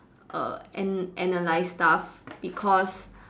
err an~ analyse stuff because